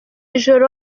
ijoro